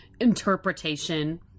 interpretation